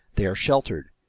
they are sheltered,